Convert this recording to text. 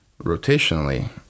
rotationally